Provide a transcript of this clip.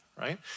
right